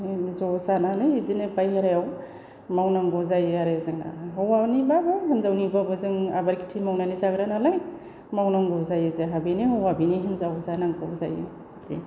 ज' जानानै बिदिनो बायहेरायाव मावनांगौ जायो आरो जोंना हौवानि ब्लाबो हिनजावनि ब्लाबो जों आबाद खिथि मावनानै जाग्रा नालाय मावनांगौ जायो जोंहा बिनो हौवा बेनो हिनजाव जानांगौ जायो बिदि